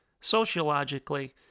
sociologically